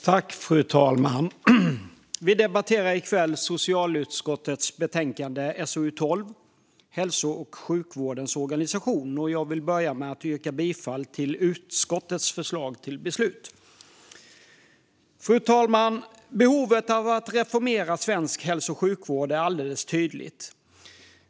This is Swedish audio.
Fru talman! Vi debatterar i kväll socialutskottets betänkande SoU12 Hälso och sjukvårdens organisation . Jag vill börja med att yrka bifall till utskottets förslag till beslut. Fru talman! Behovet av att reformera svensk hälso och sjukvård är alldeles tydligt.